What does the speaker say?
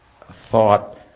thought